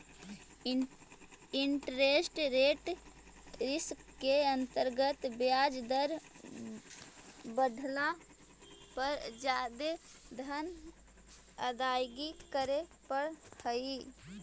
interest rate risk के अंतर्गत ब्याज दर बढ़ला पर जादे धन अदायगी करे पड़ऽ हई